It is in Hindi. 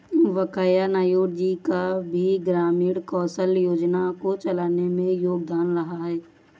वैंकैया नायडू जी का भी ग्रामीण कौशल्या योजना को चलाने में योगदान रहा है